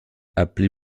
appelé